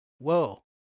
whoa